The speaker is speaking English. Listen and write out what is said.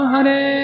Hare